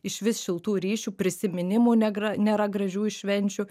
išvis šiltų ryšių prisiminimų negra nėra gražių iš švenčių